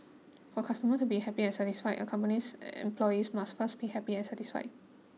for customer to be happy and satisfied a company's employees must first be happy and satisfied